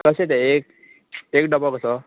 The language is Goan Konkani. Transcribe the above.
कशें ते एक एक डबो कसो